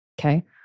Okay